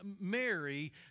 Mary